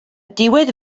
diwedd